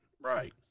Right